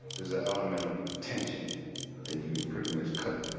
there's an element of tension that you can pretty much cut.